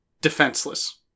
defenseless